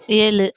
ஏழு